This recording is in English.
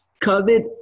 COVID